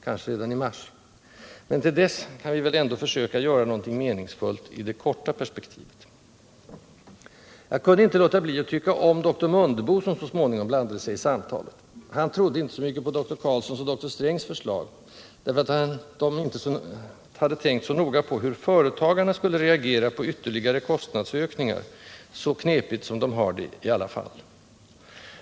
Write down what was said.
Kanske redan i mars? Men till dess kan vi väl ändå försöka göra någonting meningsfullt, i det korta perspektivet. Jag kunde inte låta bli att tycka om doktor Mundebo, som så småningom blandade sig i samtalet. Han trodde inte så mycket på doktor Carlssons och doktors Strängs förslag, därför att de inte hade tänkt så noga på hur företagarna skulle reagera på ytterligare kostnadsökningar, så knepigt som de har det i alla fall.